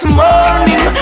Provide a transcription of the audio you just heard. morning